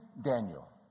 Daniel